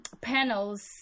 panels